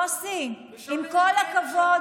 יוסי, עם כל הכבוד,